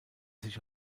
sich